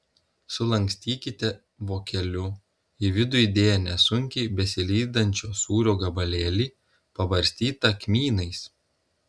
sulankstykite vokeliu į vidų įdėję nesunkiai besilydančio sūrio gabalėlį pabarstytą kmynais